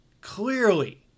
clearly